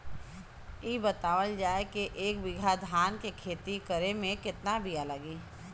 इ बतावल जाए के एक बिघा धान के खेती करेमे कितना बिया लागि?